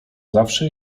zawsze